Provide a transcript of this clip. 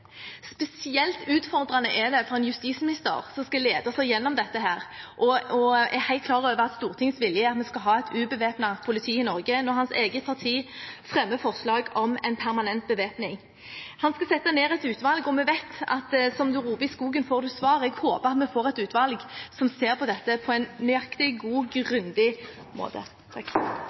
Spesielt utfordrende er det for en justisminister som skal lede oss gjennom dette, og som er helt klar over at Stortingets vilje er at vi skal ha et ubevæpnet politi i Norge, når hans eget parti fremmer forslag om en permanent bevæpning. Han skal sette ned et utvalg, og vi vet at som man roper i skogen, får man svar. Jeg håper at vi får et utvalg som ser på dette på en nøyaktig, god